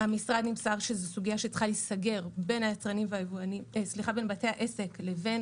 מהמשרד נמסר שזאת סוגיה שצריכה להיסגר בין בתי העסק לבין